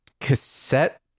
cassette